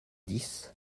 dix